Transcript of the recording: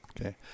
Okay